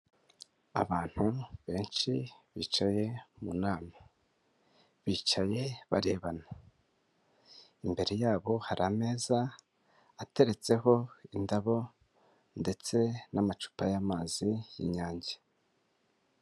Abantu benshi bicaye mu inama, bicaye barebana, imbere yabo hari ameza ateretseho indabo ndetse n'amacupa y'amazi y'inyange.